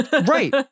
Right